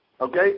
Okay